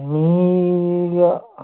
मी य